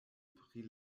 pri